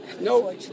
No